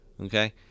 Okay